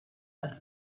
als